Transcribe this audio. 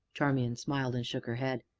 charmian smiled and shook her head.